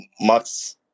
Max